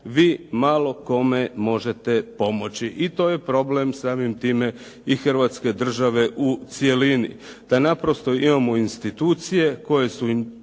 vi malo kome možete pomoći i to je problem samim time i Hrvatske države u cjelini. Da naprosto imamo institucije koje su